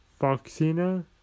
Foxina